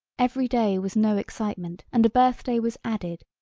every day was no excitement and a birthday was added,